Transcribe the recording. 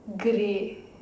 grey